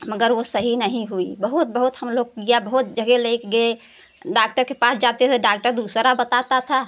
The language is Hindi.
मगर वह सही नहीं हुई बहुत बहुत हम लोग किया बहुत जगह ले कर गये डाक्टर के पास जाते थे तो डाक्टर दूसरा बताता था